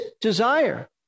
desire